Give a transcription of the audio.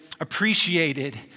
appreciated